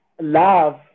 love